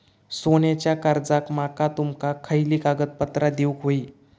सोन्याच्या कर्जाक माका तुमका खयली कागदपत्रा देऊक व्हयी?